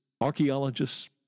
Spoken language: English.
archaeologists